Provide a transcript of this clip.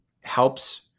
helps